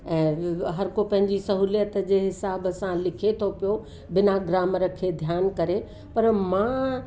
ऐं हर को पंहिंजी सहूलियत जे हिसाब सां लिखे थो पियो बिना ग्रामर खे ध्यान करे पर मां